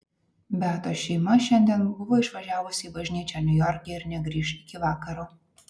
beatos šeima šiandien buvo išvažiavusi į bažnyčią niujorke ir negrįš iki vakaro